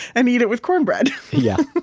and eat it with corn bread yeah